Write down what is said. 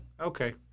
okay